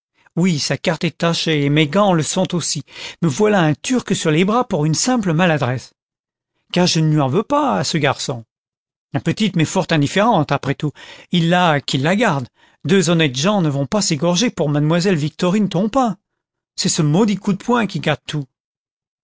oui sa carte est tachée et mes gants le sont aussi me voilà un turc sur les bras par une simple maladresse car je ne lui en veux pas à ce garçon la petite m'est fort indifférente après tout il l'a qu'il la garde deux honnêtes gens ne vont pas s'égorger pour mademoiselle victorine tompain c'est ce maudit coup de poing qui gâte tout